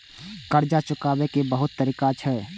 कर्जा चुकाव के बहुत तरीका छै?